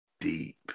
deep